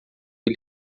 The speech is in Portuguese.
ele